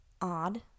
odd